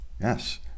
Yes